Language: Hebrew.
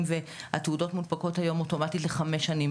והתעודות מונפקות היום אוטומטית לחמש שנים,